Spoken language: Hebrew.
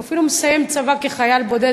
או אפילו מסיים צבא כחייל בודד,